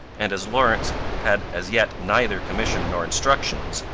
and, as lawrence had as yet neither commission nor instructions,